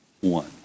one